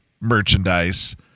merchandise